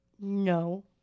No